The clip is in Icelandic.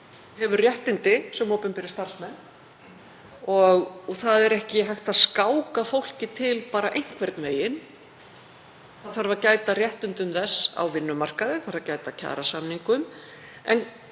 hefur réttindi sem opinberir starfsmenn og það er ekki hægt að skáka fólki til bara einhvern veginn. Það þarf að gæta að réttindum þess á vinnumarkaði, það þarf að gæta kjarasamningum.